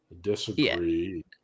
disagree